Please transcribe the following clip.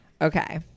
Okay